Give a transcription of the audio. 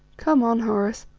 come on, horace,